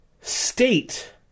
state